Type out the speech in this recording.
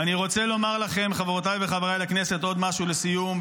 ואני רוצה לומר לכם עוד משהו לסיום,